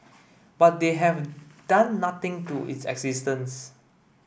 but they have done nothing to its existence